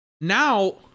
now